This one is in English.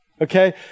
Okay